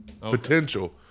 potential